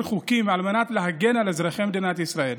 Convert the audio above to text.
חוקים על מנת להגן על אזרחי מדינת ישראל,